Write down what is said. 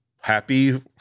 happy